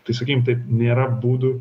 tai sakykim taip nėra būdų